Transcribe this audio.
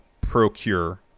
procure